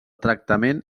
tractament